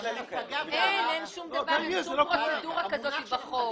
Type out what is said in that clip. אין שום דבר, אין שום פרוצדורה כזאת בחוק.